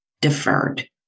deferred